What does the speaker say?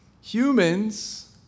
humans